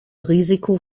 risiko